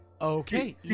Okay